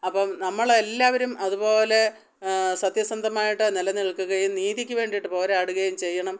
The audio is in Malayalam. അപ്പം നമ്മളെല്ലാവരും അതു പോലെ സത്യസന്ധമായിട്ട് നില നിൽക്കുകയും നീതിക്കു വേണ്ടിയിട്ട് പോരാടുകയും ചെയ്യണം